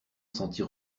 sentit